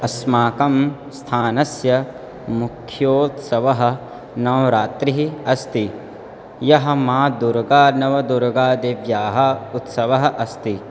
अस्माकं स्थानस्य मुख्योत्सवः नवरात्रिः अस्ति यः माता दुर्गा नवदुर्गादेव्याः उत्सवः अस्ति